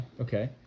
okay